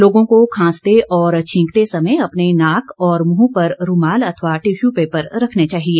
लोगों को खांसते और छींकते समय अपने नाक और मुंह पर रूमाल अथवा टिश्यू पेपर रखना चाहिए